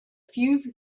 few